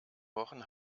wochen